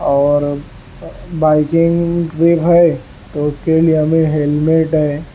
اور biking trip ہے تو اس کے لیے ہمیں ہیلمیٹ ہے